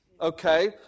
okay